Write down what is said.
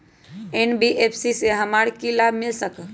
NBFC से हमार की की लाभ मिल सक?